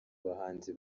bahanzi